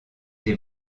des